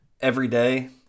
everyday